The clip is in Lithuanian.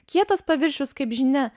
kietas paviršius kaip žinia